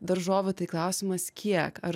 daržovių tai klausimas kiek ar